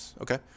Okay